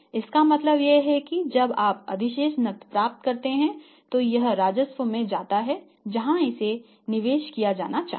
इसका मतलब यह है कि जब आप अधिशेष नकद प्राप्त करते हैं तो यह राजस्व में जाता है जहां इसे निवेश किया जाना चाहिए